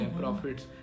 profits